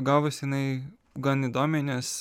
gavos jinai gan įdomiai nes